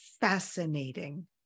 Fascinating